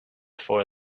for